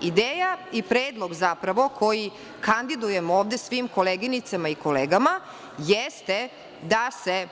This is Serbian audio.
Ideja i predlog zapravo koji kandidujem ovde svim koleginicama i kolegama jeste da se